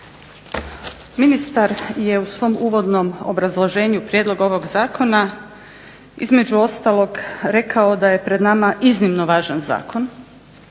Ministar je u svom uvodnom obrazloženju prijedloga ovog zakona između ostalog rekao da je pred nama iznimno važan zakon